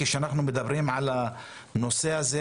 כשאנחנו מדברים על הנושא הזה,